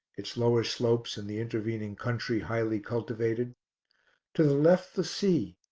its lower slopes and the intervening country highly cultivated to the left the sea,